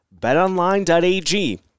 BetOnline.ag